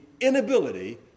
inability